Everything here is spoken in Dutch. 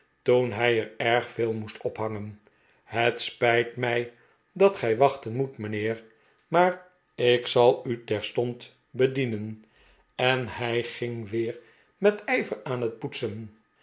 toen hij er erg yeel moest ophangen he t spijt mij dat gij wachten moet mijnheer maar ik zal u terstond bedienen en hij ging weer met ijver aan bet pdetsen